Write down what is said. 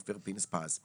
אופיר פינס פז.